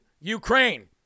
Ukraine